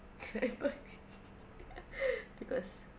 because